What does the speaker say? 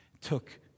took